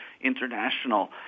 international